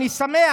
אני שמח.